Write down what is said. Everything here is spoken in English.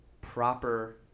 Proper